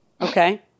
okay